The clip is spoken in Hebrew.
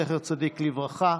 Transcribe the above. זכר צדיק לברכה,